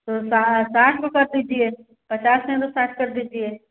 तो सा साठ रुपये दीजिए पचास नहीं तो साठ कर दीजिए